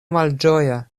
malĝoja